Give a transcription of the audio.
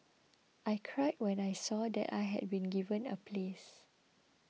I cried when I saw that I had been given a place